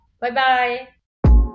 Bye-bye